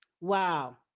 Wow